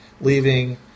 leaving